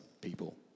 people